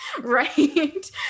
right